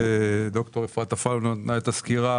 דוקטור אפרת אפללו נתנה את הסקירה.